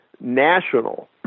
national